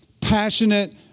passionate